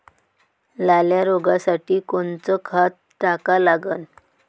लाल्या रोगासाठी कोनचं खत टाका लागन?